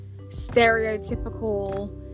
stereotypical